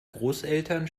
großeltern